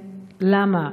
למה,